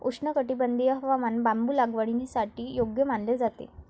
उष्णकटिबंधीय हवामान बांबू लागवडीसाठी योग्य मानले जाते